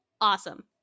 awesome